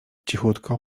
cichutko